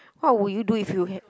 what would you do if you had